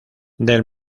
del